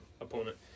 opponent